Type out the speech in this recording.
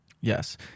Yes